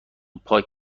پاک